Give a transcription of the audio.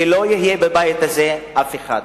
ולא יהיה בבית הזה אף אחד.